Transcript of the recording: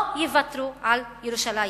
לא יוותרו על ירושלים.